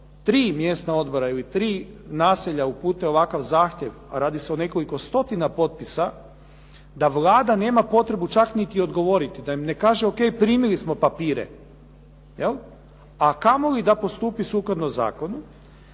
tri mjesna odbora ili tri naselja upute ovakav zahtjev, a radi se o nekoliko stotina potpisa, da Vlada nema potrebu čak niti odgovoriti, da im ne kaže O.k. primili smo papire, jel', a kamoli da postupi sukladno zakonu.